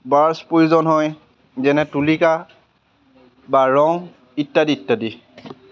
brush প্ৰয়োজন হয় যেনে তুলিকা বা ৰং ইত্যাদি ইত্যাদি